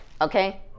Okay